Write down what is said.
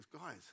guys